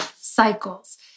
cycles